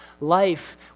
life